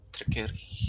Trickery